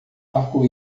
arco